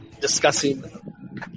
discussing